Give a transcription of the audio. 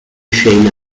scena